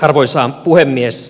arvoisa puhemies